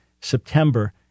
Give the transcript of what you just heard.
September